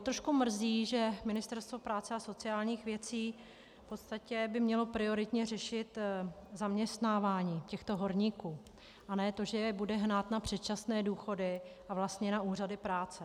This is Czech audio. Trošku mě mrzí, že Ministerstvo práce a sociálních věcí v podstatě by mělo prioritně řešit zaměstnávání těchto horníků a ne to, že je bude hnát na předčasné důchody a na úřady práce.